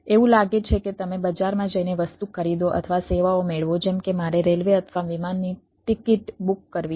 એવું લાગે છે કે તમે બજારમાં જઈને વસ્તુ ખરીદો અથવા સેવાઓ મેળવો જેમ કે મારે રેલવે અથવા વિમાનની ટિકિટ બુક કરવી છે